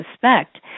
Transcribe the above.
suspect